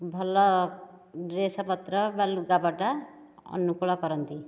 ଭଲ ଡ୍ରେସ୍ ପତ୍ର ବା ଲୁଗାପଟା ଅନୁକୂଳ କରନ୍ତି